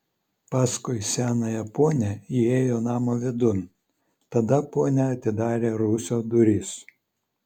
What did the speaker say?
paskui senąją ponią įėjo namo vidun tada ponia atidarė rūsio duris